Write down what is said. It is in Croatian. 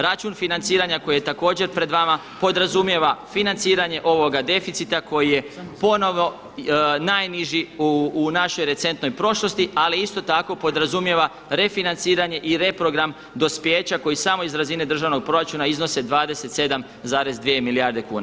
Račun financiranja koji je također pred vama podrazumijeva financiranje ovoga deficita koji je ponovo najniži u našoj recentnoj prošlosti ali isto tako podrazumijeva refinanciranje i reprogram dospijeća koji samo iz razine državnog proračuna iznose 27,2 milijarde kuna.